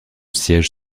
siège